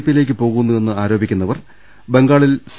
പിയിലേക്ക് പോകുന്നു എന്ന് ആരോപിക്കുന്നവർ ബംഗാളിൽ സി